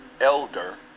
elder